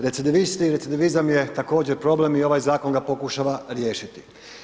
Recidivisti i recidivizam je također problem i ovaj zakon ga pokušava riješiti.